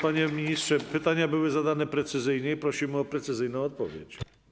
Panie ministrze, pytania były zadane precyzyjnie i prosiłbym o precyzyjną odpowiedź.